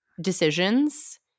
decisions